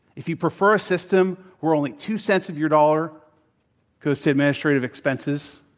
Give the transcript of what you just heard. if you prefer a system where only two cents of your dollar goes to administrative expenses,